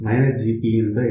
PinPsat G